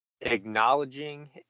acknowledging